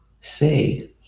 say